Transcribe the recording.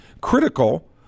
critical